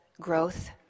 growth